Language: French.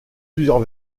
plusieurs